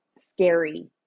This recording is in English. scary